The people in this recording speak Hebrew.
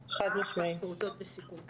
חד-משמעית.